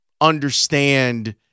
understand